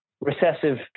recessive